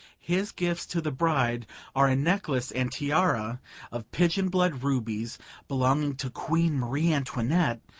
his gifts to the bride are a necklace and tiara of pigeon-blood rubies belonging to queen marie antoinette,